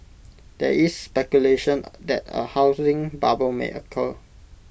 there is speculation that A housing bubble may occur